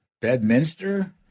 Bedminster